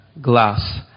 glass